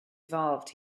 evolved